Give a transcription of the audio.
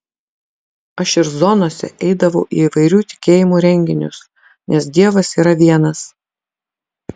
aš ir zonose eidavau į įvairių tikėjimų renginius nes dievas yra vienas